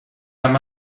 عمه